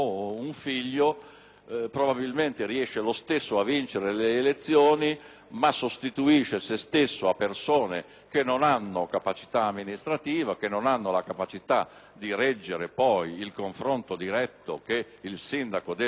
ma sostituisce a se stesso persone che non hanno capacità amministrativa, che non sono in grado di reggere il confronto diretto che il sindaco deve avere con la società intesa nel senso più ampio. Quindi,